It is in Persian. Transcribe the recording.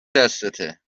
دستته